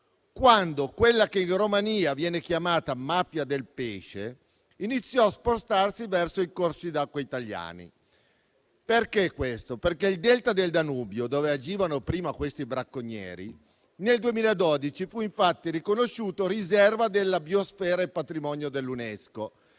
quando quella che in Romania viene chiamata mafia del pesce iniziò a spostarsi verso i corsi d'acqua italiani. Questo perché il Delta del Danubio, dove agivano prima i bracconieri, nel 2012 fu riconosciuto riserva della biosfera e patrimonio dell'UNESCO.